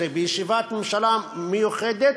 2012, בישיבת ממשלה מיוחדת,